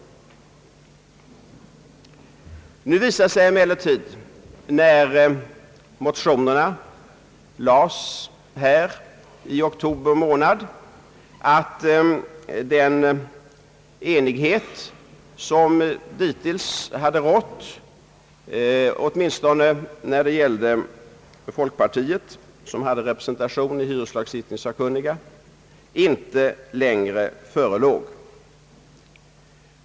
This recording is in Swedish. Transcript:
När motionerna väcktes i oktober månad visade det sig emellertid att den enighet som hittills hade rått, åtmin stone när det gällde folkpartiet som hade representation i <hyreslagstiftningssakkunniga, inte längre förelåg.